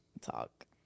talk